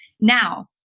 Now